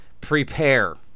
Prepare